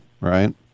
right